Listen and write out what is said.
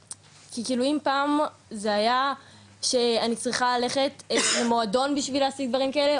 אם פעם זה היה שאני צריכה ללכת למועדון בשביל להשיג דברים כאלה,